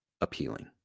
appealing